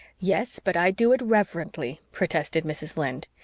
yes, but i do it reverently, protested mrs. lynde.